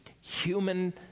human